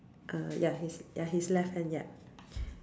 uh ya his ya his left hand ya